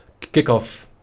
kickoff